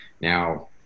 Now